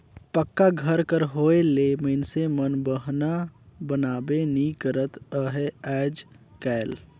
पक्का घर कर होए ले मइनसे मन बहना बनाबे नी करत अहे आएज काएल